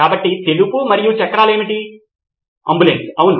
కాబట్టి మీరు మాట్లాడుతున్నదానికి ఇది మంచి ప్రారంభ స్థానం కాదా